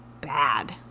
bad